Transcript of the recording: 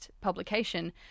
publication